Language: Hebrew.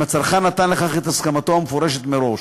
אם הצרכן נתן לכך את הסכמתו המפורשת מראש.